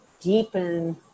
deepen